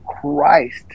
Christ